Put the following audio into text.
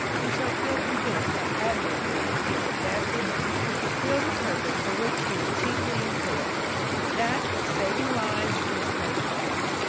we shall feel convinced how admirably he is adapted to fulfil the purpose for which he is chiefly employed that of saving lives in snow-storms.